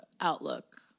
outlook